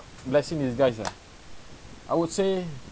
my blessing in disguise ah I would say